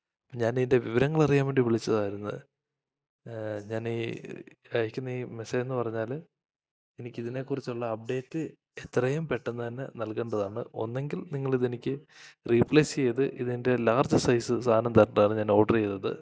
ഞാൻ ഇതിൻ്റെ വിവരങ്ങൾ അറിയാൻ വേണ്ടി വിളിച്ചതായിരുന്നു ഞാനീ കാണിക്കുന്ന ഈ മെസ്സേജെന്ന് പറഞ്ഞാൽ എനിക്ക് ഇതിനെക്കുറിച്ചുള്ള അപ്ഡേറ്റ് എത്രയും പെട്ടന്ന് തന്നെ നൽകേണ്ടതാണ് ഒന്നെല്ലങ്കിൽ നിങ്ങൾ ഇതെനിക്ക് റീപ്ലേസ് ചെയ്ത് ഇതിൻ്റെ ലാർജ് സൈസ് സാധനം തരേണ്ടതാണ് ഞാൻ ഓഡ്രെ ചെയ്തത്